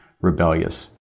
rebellious